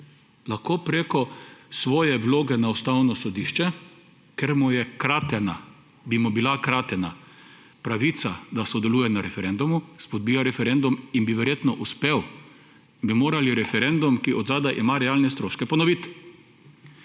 lahko preko svoje vloge na Ustavno sodišče, ker bi mu bila kratena pravica, da sodeluje na referendumu, izpodbija referendum in bi verjetno uspel, bi morali referendum, ki zadaj ima realne stroške, ponoviti.